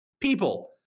people